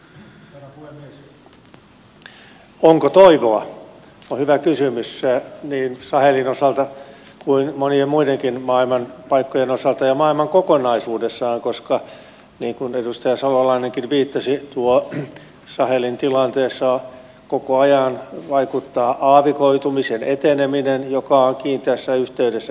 onko toivoa se on hyvä kysymys niin sahelin osalta kuin monien muidenkin maailman paikkojen osalta ja maailman kokonaisuudessaan koska niin kuin edustaja salolainenkin viittasi tuossa sahelin tilanteessa koko ajan vaikuttaa aavikoitumisen eteneminen joka on kiinteässä yhteydessä ilmastonmuutokseen